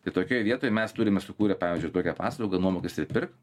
tai tokioj vietoj mes turime sukūrę pavyzdžiui tokią paslaugą nuomotis ir pirkt